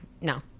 No